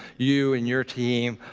you and your team.